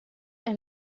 and